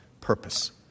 purpose